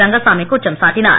ரங்கசாமி குற்றம் சாட்டினார்